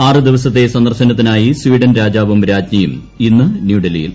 ആറ് ദിവസത്തെ സന്ദർശനത്തിനായി സ്വീഡൻ രാജാവും രാജ്ഞിയും ഇന്ന് ന്യൂഡൽഹിയിൽ